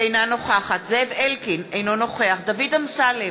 אינה נוכחת זאב אלקין, אינו נוכח דוד אמסלם,